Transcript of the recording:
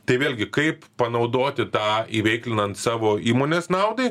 tai vėlgi kaip panaudoti tą įveiklinant savo įmonės naudai